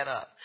up